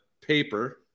paper